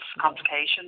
complications